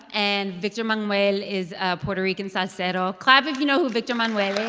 and victor manuelle is a puerto rican salsero. clap if you know who victor manuelle